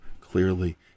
clearly